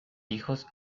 hijos